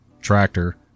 tractor